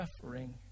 suffering